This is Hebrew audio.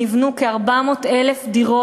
נבנו כ-400,000 דירות.